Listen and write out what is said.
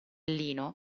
lino